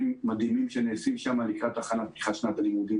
מדהימים שנעשים שם לקראת פתיחת שנת הלימודים.